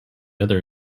other